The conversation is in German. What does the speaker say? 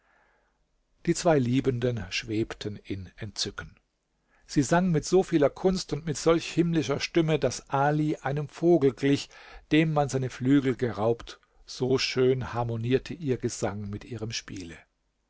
die zwei liebenden schwebten in entzücken sie sang mit so vieler kunst und mit solch himmlischer stimme daß ali einem vogel glich dem man seine flügel geraubt so schön harmonierte ihr gesang mit ihrem spiele